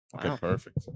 Perfect